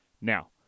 Now